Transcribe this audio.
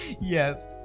Yes